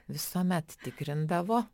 visuomet tikrindavo